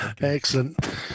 Excellent